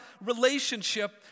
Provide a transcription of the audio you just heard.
relationship